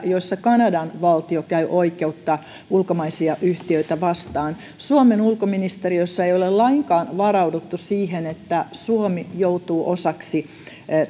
joissa kanadan valtio käy oikeutta ulkomaisia yhtiöitä vastaan suomen ulkoministeriössä ei ole lainkaan varauduttu siihen että suomi joutuu osaksi